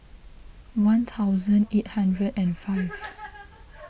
one thousand eight hundred and five